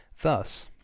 Thus